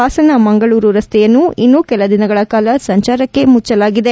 ಹಾಸನ ಮಂಗಳೂರು ರಸ್ತೆಯನ್ನು ಇನ್ನು ಕೆಲ ದಿನಗಳ ಕಾಲ ಸಂಚಾರಕ್ಕೆ ಮುಚ್ಚಲಾಗಿದೆ